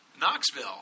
Knoxville